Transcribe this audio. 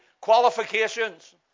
qualifications